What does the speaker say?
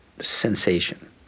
sensation